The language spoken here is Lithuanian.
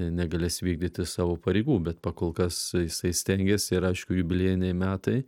negalės vykdyti savo pareigų bet kol kas jisai stengiasi ir aišku jubiliejiniai metai